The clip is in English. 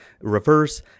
reverse